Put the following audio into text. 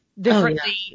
differently